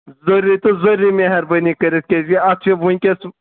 ضروٗری تہٕ ضروٗری مہربٲنی کٔرتھ کیازِ اتھ چھُ وٕنکٮ۪س